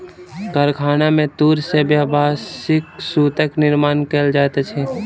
कारखाना में तूर से व्यावसायिक सूतक निर्माण कयल जाइत अछि